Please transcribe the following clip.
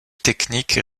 technique